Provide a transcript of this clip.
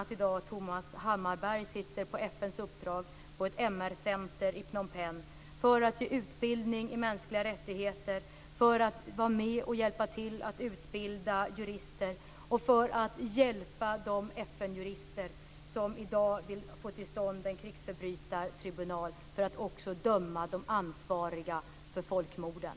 Thomas Hammarberg sitter i dag på FN:s uppdrag på ett MR-centrum i Phnom Penh för att ge utbildning i mänskliga rättigheter, för att hjälpa till att utbilda jurister och för att hjälpa de FN-jurister som i dag vill få till stånd en krigsförbrytartribunal för att också döma de ansvariga för folkmorden.